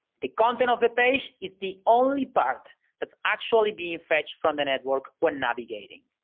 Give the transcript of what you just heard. the content of the page is the only part that's actually being fetched from the network when navigating.